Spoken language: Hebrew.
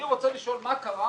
אני רוצה לשאול מה קרה